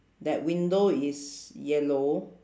that window is yellow